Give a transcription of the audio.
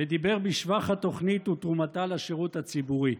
ודיבר בשבח התוכנית ותרומתה לשירות הציבורי.